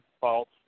false